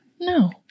No